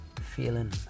Feeling